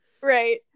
right